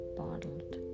bottled